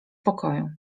pokoju